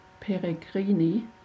peregrini